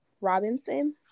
Robinson